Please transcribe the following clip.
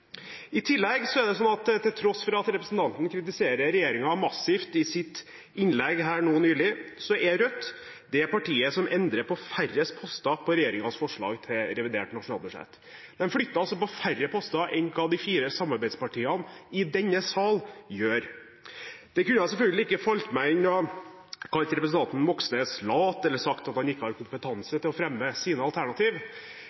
I tillegg er Rødt, til tross for at representanten Moxnes kritiserte regjeringen massivt i sitt innlegg nå nylig, det partiet som endrer på færrest poster på regjeringens forslag til revidert nasjonalbudsjett. De flytter altså på færre poster enn det de fire samarbeidspartiene i denne salen gjør. Det kunne selvfølgelig ikke ha falt meg inn å ha kalt representanten Moxnes lat eller sagt at han ikke har